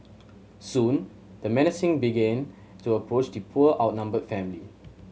soon the menacing began to approach the poor outnumbered family